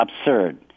absurd